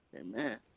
Amen